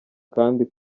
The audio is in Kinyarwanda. kandi